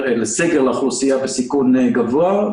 סגר לאוכלוסייה בסיכון גבוה,